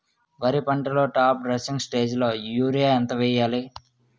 వరి పంటలో top dressing స్టేజిలో యూరియా ఎంత వెయ్యాలి?